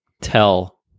tell